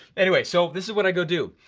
anyway, so, this is what i go do.